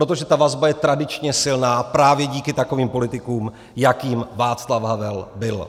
Protože ta vazba je tradičně silná právě díky takovým politikům, jakým Václav Havel byl.